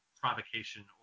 provocation